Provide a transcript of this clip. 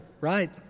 right